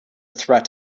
threat